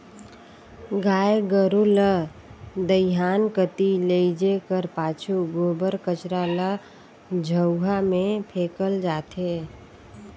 गाय गरू ल दईहान कती लेइजे कर पाछू गोबर कचरा ल झउहा मे फेकल जाथे